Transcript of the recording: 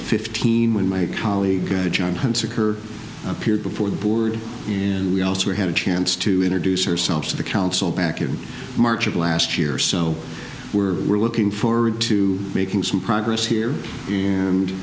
when my colleague john hunsaker appeared before the board and we also had a chance to introduce ourselves to the council back in march of last year so we're we're looking forward to making some progress here and